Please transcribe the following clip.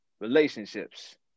relationships